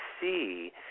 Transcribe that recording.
see